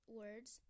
words